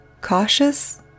cautious